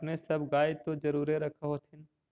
अपने सब गाय तो जरुरे रख होत्थिन?